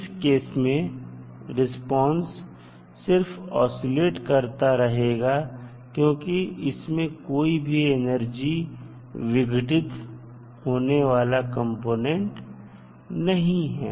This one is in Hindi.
इस केस में रिस्पांस सिर्फ आशीलेट करता रहेगा क्योंकि इसमें कोई भी एनर्जी विघटित होने वाला कंपोनेंट नहीं है